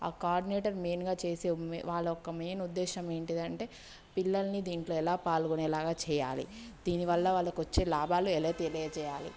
ఆ కోఆర్డినేటర్ మెయిన్గా చేసే మె వాళ్ళ ఒక మెయిన్ ఉద్దేశం ఏంటిదంటే పిల్లల్ని దీంట్లో ఎలా పాల్గొనేలాగా చెయ్యాలి దీని వల్ల వాళ్ళకు వచ్చే లాభాలు ఎలా తెలియచేయాలి